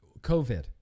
COVID